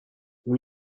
اون